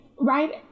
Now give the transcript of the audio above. right